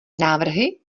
návrhy